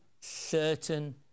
certain